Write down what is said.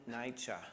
nature